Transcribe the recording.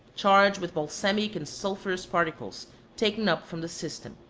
charged with balsamic and sulphurous particles taken up from the system.